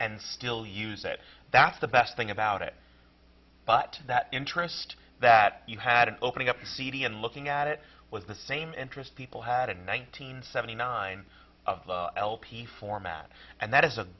and still use it that's the best thing about it but that interest that you had an opening up the cd and looking at it was the same interest people had in nineteen seventy nine of the lp format and that is a